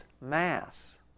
mass